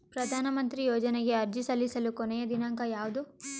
ಪ್ರಧಾನ ಮಂತ್ರಿ ಯೋಜನೆಗೆ ಅರ್ಜಿ ಸಲ್ಲಿಸಲು ಕೊನೆಯ ದಿನಾಂಕ ಯಾವದು?